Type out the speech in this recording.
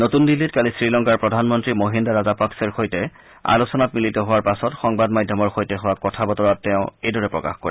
নতুন দিল্লীত কালি শ্ৰীলংকাৰ প্ৰধানমন্ত্ৰী মহিন্দ ৰাজাপাকছেৰ সৈতে আলোচনাত মিলিত হোৱাৰ পাছত সংবাদ মাধ্যমৰ সৈতে হোৱা কথা বতৰাত তেওঁ এইদৰে প্ৰকাশ কৰে